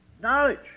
Knowledge